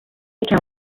city